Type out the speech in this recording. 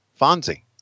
Fonzie